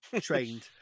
trained